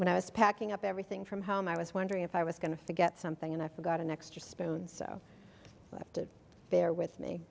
when i was packing up everything from home i was wondering if i was going to get something and i forgot an extra spoon so left it there with me